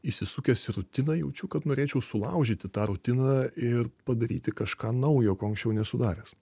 įsisukęs į rutiną jaučiu kad norėčiau sulaužyti tą rutiną ir padaryti kažką naujo ko anksčiau nesu daręs